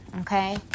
okay